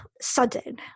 sudden